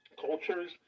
Cultures